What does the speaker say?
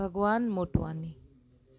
भगवान मोटवानी